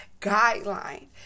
guideline